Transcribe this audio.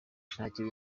ntacyo